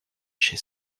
chez